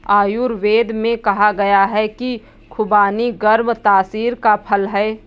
आयुर्वेद में कहा गया है कि खुबानी गर्म तासीर का फल है